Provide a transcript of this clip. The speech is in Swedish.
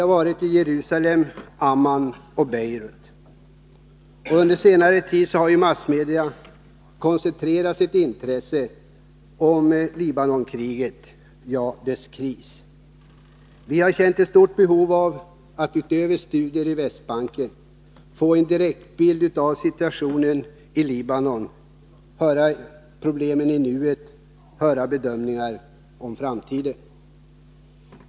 Vi var i Jerusalem, Amman och Beirut. Under senare tid har massmedia koncentrerat sitt intresse på Libanonkriget och krisen i landet. Vi kände ett stort behov av att utöver studier i Västbanken få en direktbild av situationen i Libanon — få höra om problemen i nuet och om bedömningen för framtiden.